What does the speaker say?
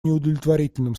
неудовлетворительном